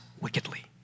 wickedly